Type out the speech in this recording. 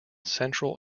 central